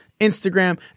Instagram